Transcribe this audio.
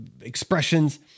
expressions